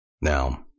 Now